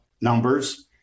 numbers